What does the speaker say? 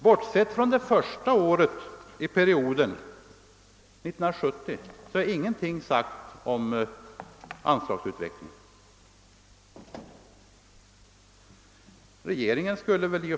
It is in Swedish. Bortsett från det första året i perioden, 1970, är ingenting sagt om anslagsutvecklingen.